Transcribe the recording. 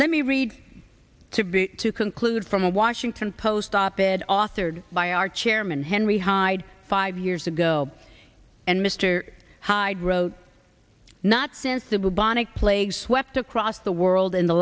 let me read to be to conclude from a washington post op ed authored by our chairman henry hyde five years ago and mr hyde wrote not sensible bionic plagues swept across the world in the